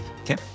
Okay